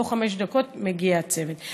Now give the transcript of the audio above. בתוך חמש דקות מגיע הצוות.